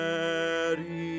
Mary